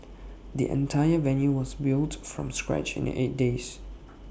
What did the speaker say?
the entire venue was built from scratch in eight days